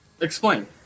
Explain